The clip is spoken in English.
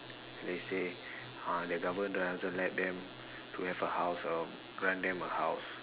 let's say uh the government don't want them to let them a house or grant them a house